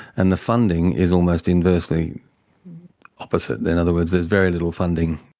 and the funding is almost inversely opposite. in other words, there's very little funding.